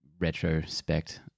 retrospect